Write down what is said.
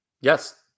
Yes